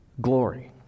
glory